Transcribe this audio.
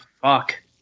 fuck